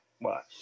Watch